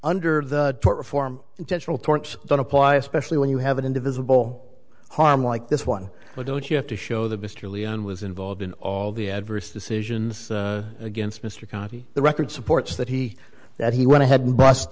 under the tort reform intentional torch don't apply especially when you have an indivisible harm like this one but don't you have to show that mr leon was involved in all the adverse decisions against mr county the record supports that he that he went ahead and bust